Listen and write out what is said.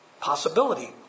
possibility